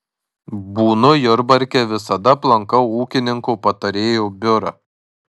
būnu jurbarke visada aplankau ūkininko patarėjo biurą